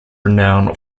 renown